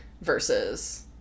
versus